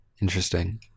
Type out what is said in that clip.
Interesting